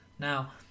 Now